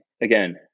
again